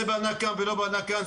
זה בנה כאן ולא בנה כאן,